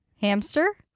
Hamster